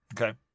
Okay